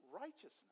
Righteousness